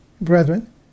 brethren